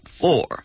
four